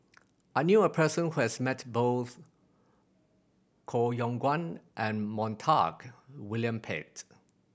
I knew a person who has met both Koh Yong Guan and Montague William Pett